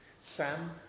Sam